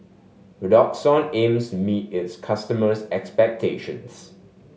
redoxon aims meet its customers' expectations